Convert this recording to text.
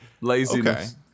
Laziness